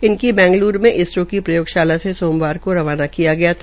इनकी बैंगलूर मे इसरो की प्रयोगशाला से सोमवार को रवाना किया था